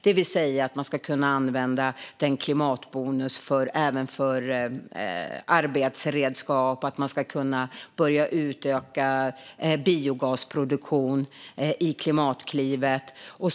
Man ska alltså kunna använda klimatbonusen även för arbetsredskap, och man ska kunna börja utöka biogasproduktionen i Klimatklivet.